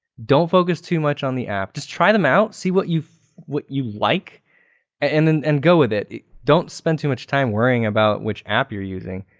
don't focus too much on the app. just try them out, see what you've, what you like and and and go with it. don't spend too much time worrying about which app you're using